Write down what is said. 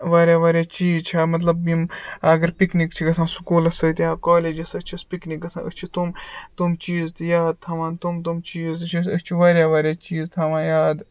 واریاہ واریاہ چیٖز چھِ مطلب یِم اَگر پِکنِک چھِ گَژھان سکوٗلَس سۭتۍ یا کالیٚجَس سۭتۍ چھِ أسۍ پِکنِک گَژھان أسۍ چھِ تِم تِم چیٖز تہِ یاد تھاوان تِم تِم چیٖز تہِ چھِ أسۍ أسۍ چھِ واریاہ واریاہ چیٖز تھاوان یاد